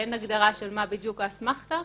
אין הגדרה מה בדיוק האסמכתה.